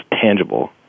tangible